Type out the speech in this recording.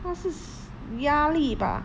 他是压力吧